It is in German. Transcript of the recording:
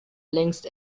längst